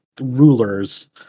rulers